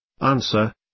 Answer